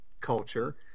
culture